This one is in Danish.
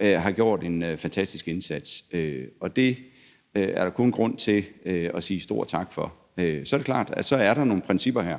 har alle ydet en fantastisk indsats. Det er der kun grund til at sige en stor tak for. Så er det klart, at der er nogle principper her,